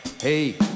hey